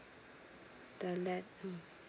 the let mm